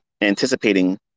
anticipating